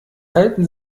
halten